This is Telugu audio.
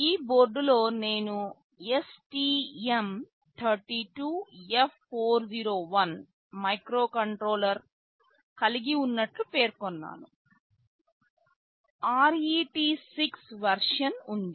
ఈ బోర్డులో నేను STM32F401 మైక్రోకంట్రోలర్ కలిగి ఉన్నట్లు పేర్కొన్నాను RET6 వెర్షన్ ఉంది